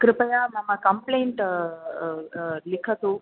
कृपया मम कम्लेण्ट् लिखतु